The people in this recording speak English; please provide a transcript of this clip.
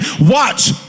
Watch